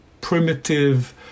primitive